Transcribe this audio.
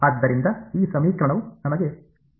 ಆದ್ದರಿಂದ ಈ ಸಮೀಕರಣವು ನಮಗೆ ತಿಳಿದಿದೆ